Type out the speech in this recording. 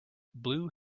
blue